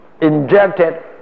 injected